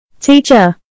Teacher